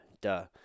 Duh